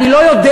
אני לא יודע,